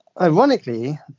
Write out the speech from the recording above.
Ironically